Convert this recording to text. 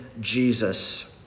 Jesus